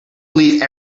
believe